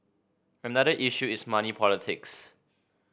another issue is money politics